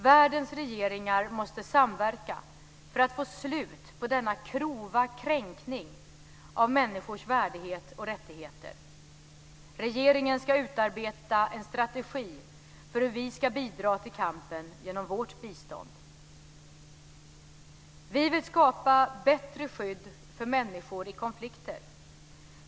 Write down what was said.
Världens regeringar måste samverka för att få slut på denna grova kränkning av människors värdighet och rättigheter. Regeringen ska utarbeta en strategi för hur vi ska bidra till kampen genom vårt bistånd. Vi vill skapa bättre skydd för människor i konflikter.